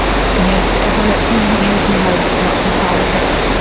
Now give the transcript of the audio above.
yes, epilepsy medication has lots of side effects.